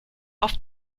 auf